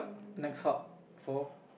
next sup for